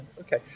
okay